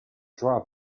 draw